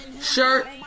shirt